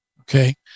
Okay